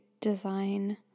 design